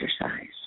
exercise